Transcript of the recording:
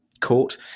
court